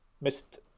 missed